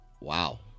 Wow